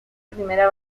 primera